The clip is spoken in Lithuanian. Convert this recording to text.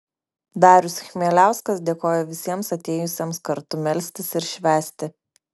darius chmieliauskas dėkojo visiems atėjusiems kartu melstis ir švęsti